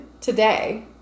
today